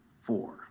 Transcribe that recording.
four